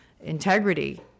integrity